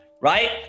right